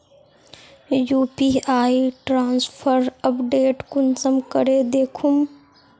UPI transfer update कुंसम करे दखुम?